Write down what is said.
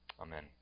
Amen